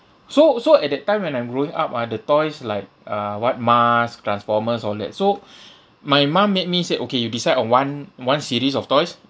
so so at that time when I'm growing up ah the toys like uh what masks transformers all that so my mum made me said okay you decide on one one series of toys